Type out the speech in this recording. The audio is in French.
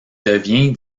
devient